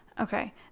okay